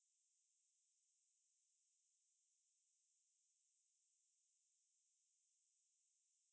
நம்ம சின்ன சின்ன வேலைகள கூட நம்ம வந்து நம்ம உலகத்த காப்பாத்த நம்ம செய்லாம் நா நெனைக்குற:namma chinna chinna velaigala kooda namma vanthu namma ulagatha kaappaatha namma seilaam naa nenaikkura